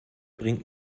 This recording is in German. bringt